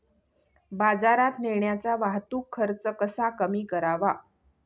बाजारात नेण्याचा वाहतूक खर्च कसा कमी करावा?